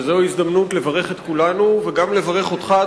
וזוהי ההזדמנות לברך את כולנו וגם לברך אותך,